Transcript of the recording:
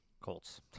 Colts